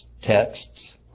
texts